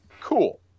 cool